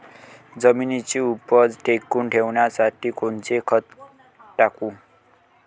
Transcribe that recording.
जमिनीची उपज टिकून ठेवासाठी कोनचं खत टाकू?